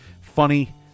funny